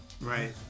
Right